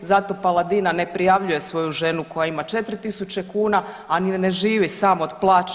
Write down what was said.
Zato Paladina ne prijavljuje svoju ženu koja ima 4000 kuna, a ni ne živi sam od plaće.